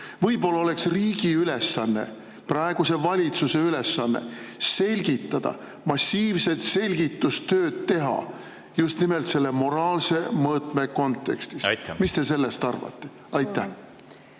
võib-olla oleks riigi ülesanne, praeguse valitsuse ülesanne selgitada, massiivset selgitustööd teha just nimelt selle moraalse mõõtme kontekstis. Mis te sellest arvate? Suur